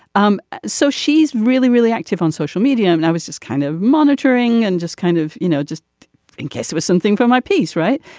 um so she's really really active on social media and i was just kind of monitoring and just kind of you know just in case it was something for my piece. right.